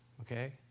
Okay